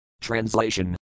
Translation